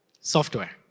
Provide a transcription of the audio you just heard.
software